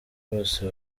bose